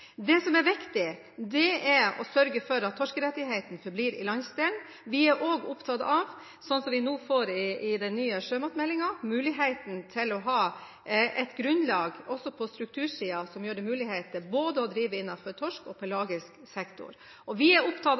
Det som er viktig, er å sørge for at torskerettighetene forblir i landsdelen. Vi er også opptatt av det å ha – som vi får i forbindelse med den nye sjømatmeldingen – et grunnlag på struktursiden som gjør det mulig å drive innenfor både torskesektoren og pelagisk sektor. Vi er opptatt av